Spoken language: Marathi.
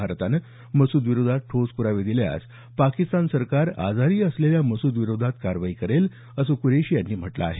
भारतानं मसूद विरोधात ठोस प्रावे दिल्यास पाकिस्तान सरकार आजारी असलेल्या मसूदविरोधात कारवाई करेल असं कुरैशी यांनी म्हटलं आहे